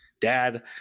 dad